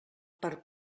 per